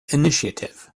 initiative